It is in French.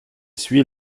suit